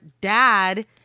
dad